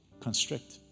Constrict